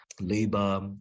labor